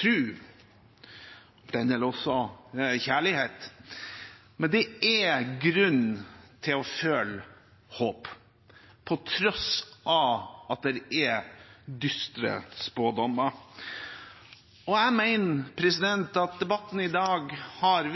tro – for den del også kjærlighet – men det er grunn til å føle håp, på tross av at det er dystre spådommer. Jeg mener at debatten i dag har